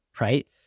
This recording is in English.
right